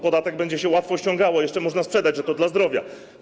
Podatek będzie się łatwo ściągało, a jeszcze można sprzedać, że to dla zdrowia.